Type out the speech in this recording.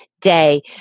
day